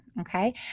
Okay